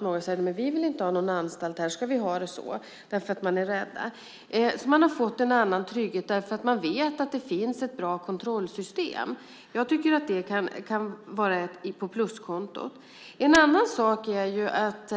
Många säger: Vi vill inte ha någon anstalt, utan här ska vi ha det som vi har det. Människor är rädda. Nu får de en annan trygghet därför att de vet att det finns ett bra kontrollsystem. Jag tycker att det kan vara på pluskontot. En annan sak är att